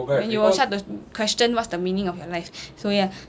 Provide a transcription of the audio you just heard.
then you will shut the question what's the meaning of your life so ya